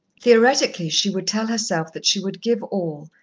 theoretically she would tell herself that she would give all,